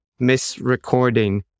misrecording